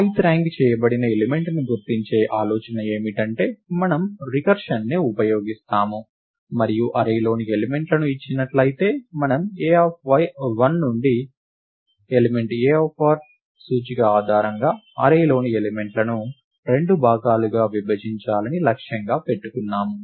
Ith rank చేయబడిన element ను గుర్తించే ఆలోచన ఏమిటంటే మనము రికర్షన్ ని ఉపయోగిస్తాము మరియు అర్రేలోని ఎలిమెంట్ లను ఇచ్చినట్లయితే మనము a1 నుండి ఎలిమెంట్ ar సూచిక ఆధారంగా అర్రేలోని ఎలిమెంట్లను 2 భాగాలుగా విభజించాలని లక్ష్యంగా పెట్టుకున్నాము